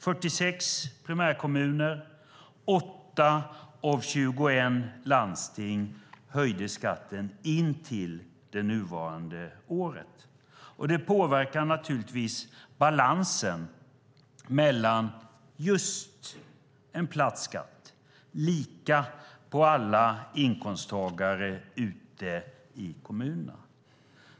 46 primärkommuner och 8 av 21 landsting höjde skatten för det nuvarande året. Det påverkar naturligtvis balansen när det gäller just en platt skatt, lika för alla inkomsttagare ute i kommunerna.